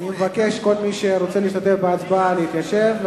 אני מבקש מכל מי שרוצה להשתתף בהצבעה להתיישב.